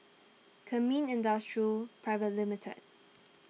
Kemin Industries Private Limited